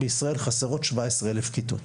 בישראל חסרות 17 אלף כיתות